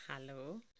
Hello